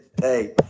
hey